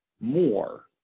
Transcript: more